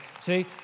see